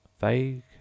vague